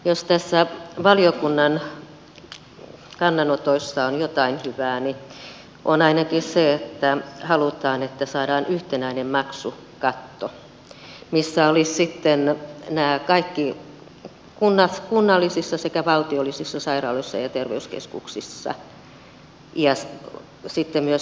jos näissä valiokunnan kannanotoissa on jotain hyvää niin on ainakin se että halutaan että saadaan yhtenäinen maksukatto missä olisi sitten nämä kaikki kunnallisissa sekä valtiollisissa sairaaloissa ja terveyskeskuksissa ja sitten myös lääkekustannukset